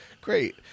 great